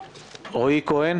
רועי כהן